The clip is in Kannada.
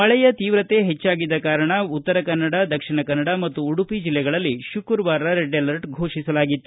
ಮಳೆಯ ತಿವ್ರತೆ ಹೆಜ್ವಾಗಿದ್ದ ಕಾರಣ ಉತ್ತರ ಕನ್ನಡ ದಕ್ಷಿಣ ಕನ್ನಡ ಮತ್ತು ಉಡುಪಿ ಜಿಲ್ಲೆಗಳಲ್ಲಿ ಶುಕ್ರವಾರ ರೆಡ್ ಅಲರ್ಟ ಫೋಷಿಸಲಾಗಿತ್ತು